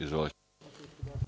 Izvolite.